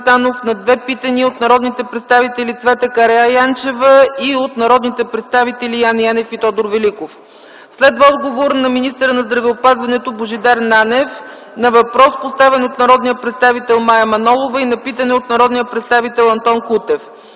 на две питания от народния представител Цвета Караянчева и от народните представители Яне Янев и Тодор Великов. Следва отговор на министъра на здравеопазването Божидар Нанев на въпрос, поставен от народния представител Мая Манолова, и на питане от народния представител Антон Кутев.